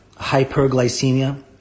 hyperglycemia